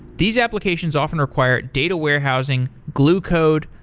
these applications often require data warehousing, glue code,